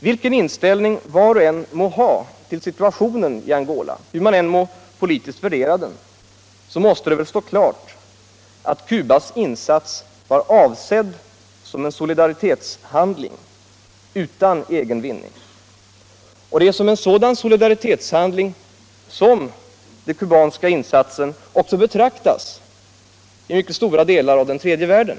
Vilken inställning var och en än må ha till situationen i Angola, hur man än må politiskt värdera den, måste det stå klart att Cubas insats var avsedd som en solidaritetshandling utan syfte att nå egen vinning. Det är som en sådan solidaritetshandling som den kubanska insatsen också betraktas i mycket stora delar av den tredje världen.